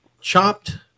chopped